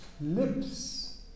lips